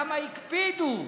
כמה הקפידו